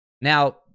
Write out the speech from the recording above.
Now